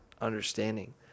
understanding